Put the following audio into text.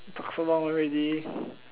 talk so long already